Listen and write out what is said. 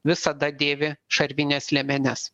visada dėvi šarvines liemenes